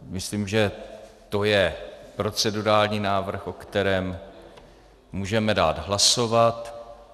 Myslím, že to je procedurální návrh, o kterém můžeme dát hlasovat.